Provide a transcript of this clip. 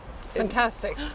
Fantastic